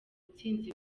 ntsinzi